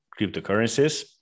cryptocurrencies